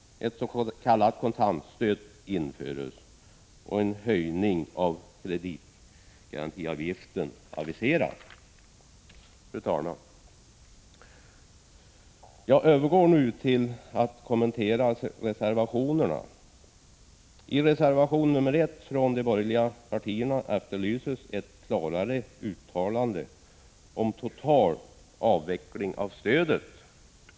Ett s.k. kontantstöd införs, och en höjning av kreditgarantiavgiften aviseras. Fru talman! Jag övergår nu till att kommentera reservationerna. I reservation nr 1 från de borgerliga partierna efterlyses ett klarare uttalande om total avveckling av stödet.